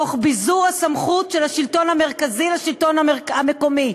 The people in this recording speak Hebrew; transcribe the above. תוך ביזור הסמכות של השלטון המרכזי לשלטון המקומי.